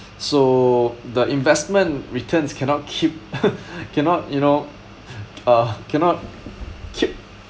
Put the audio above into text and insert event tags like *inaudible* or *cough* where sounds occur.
so the investment returns cannot keep *laughs* cannot you know *laughs* uh cannot keep